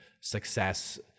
success